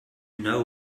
know